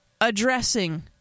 Addressing